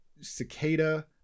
Cicada